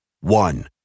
One